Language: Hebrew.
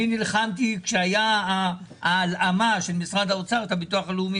כשהייתה ההלאמה של הביטוח הלאומי,